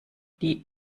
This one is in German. die